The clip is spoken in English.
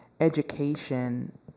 education